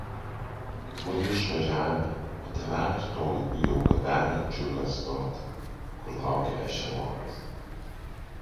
mudvi išvažiavome o tėvelius tuo laiku jau gabeno į džiugą stotį kur laukė ešelonas